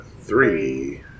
Three